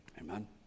Amen